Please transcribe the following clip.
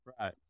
Right